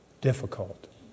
difficult